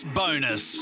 bonus